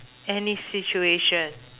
any situation